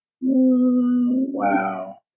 wow